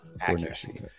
accuracy